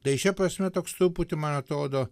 tai šia prasme toks truputi man atrodo